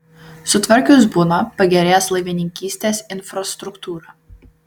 sutvarkius buną pagerės laivininkystės infrastruktūra